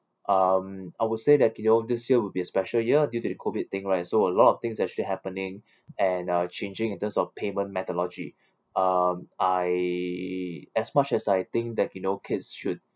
um I would say that you know this year would be a special year due to the COVID thing right so a lot of things actually happening and uh changing in terms of payment methodology um I as much as I think that you know kids should